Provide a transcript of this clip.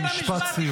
משפט סיום.